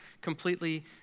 completely